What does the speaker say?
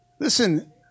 Listen